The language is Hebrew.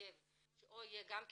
מחייב או שיהיה גם כן,